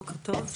בוקר טוב,